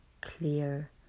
clear